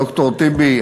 ד"ר טיבי,